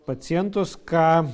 pacientus ką